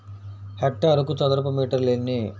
హెక్టారుకు చదరపు మీటర్లు ఎన్ని?